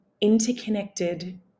interconnected